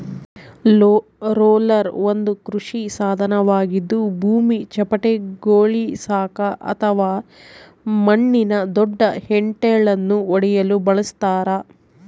roller ಒಂದು ಕೃಷಿ ಸಾಧನವಾಗಿದ್ದು ಭೂಮಿ ಚಪ್ಪಟೆಗೊಳಿಸಾಕ ಅಥವಾ ಮಣ್ಣಿನ ದೊಡ್ಡ ಹೆಂಟೆಳನ್ನು ಒಡೆಯಲು ಬಳಸತಾರ